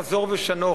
חזור ושנה,